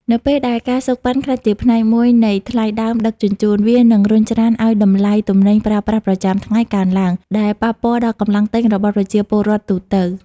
នៅពេលដែល ការសូកប៉ាន់ ក្លាយជាផ្នែកមួយនៃថ្លៃដើមដឹកជញ្ជូន វានឹងរុញច្រានឱ្យតម្លៃទំនិញប្រើប្រាស់ប្រចាំថ្ងៃកើនឡើង ដែលប៉ះពាល់ដល់កម្លាំងទិញរបស់ប្រជាពលរដ្ឋទូទៅ។